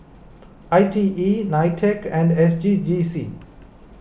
I T E Nitec and S G G C